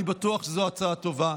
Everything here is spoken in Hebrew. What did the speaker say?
אני בטוח שזו הצעה טובה.